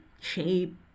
shape